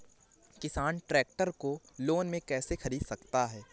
किसान ट्रैक्टर को लोन में कैसे ख़रीद सकता है?